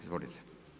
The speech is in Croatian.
Izvolite.